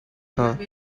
her